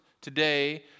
today